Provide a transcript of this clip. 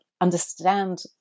understand